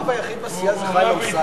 הרב היחיד זה חיים אמסלם.